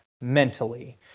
mentally